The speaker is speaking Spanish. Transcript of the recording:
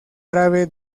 árabe